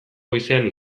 goizean